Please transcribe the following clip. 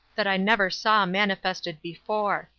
that i never saw manifested before.